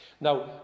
Now